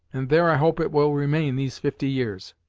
and there i hope it will remain these fifty years.